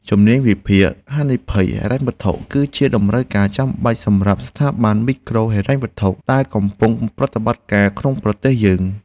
ជំនាញវិភាគហានិភ័យហិរញ្ញវត្ថុ គឺជាតម្រូវការចាំបាច់សម្រាប់ស្ថាប័នមីក្រូហិរញ្ញវត្ថុដែលកំពុងប្រតិបត្តិការក្នុងប្រទេសយើង។